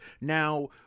Now